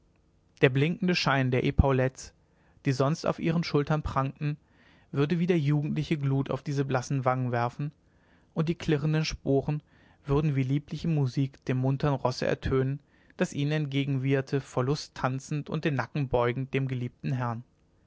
der blinkende schein der epauletts die sonst auf ihren schultern prangten würde wieder jugendliche glut auf diese blassen wangen werfen und die klirrenden sporen würden wie liebliche musik dem muntern rosse ertönen das ihnen entgegenwieherte vor lust tanzend und den nacken beugend dem geliebten herrn